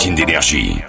d'énergie